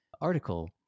article